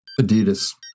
Adidas